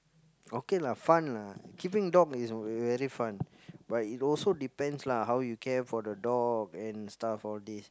okay lah fun lah keeping dog is very fun but it also depends lah how you care for the dog and stuff all these